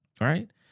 Right